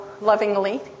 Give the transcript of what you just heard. lovingly